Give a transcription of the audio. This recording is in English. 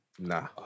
Nah